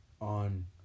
on